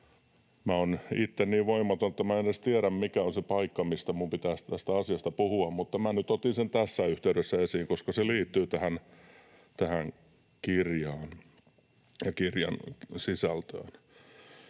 Olen itse niin voimaton, että minä en edes tiedä, mikä on se paikka, missä minun pitäisi tästä asiasta puhua. Mutta minä otin sen nyt tässä yhteydessä esiin, koska se liittyy tähän kirjaan ja kirjan sisältöön.